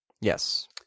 Yes